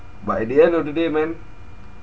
but at the end of the day man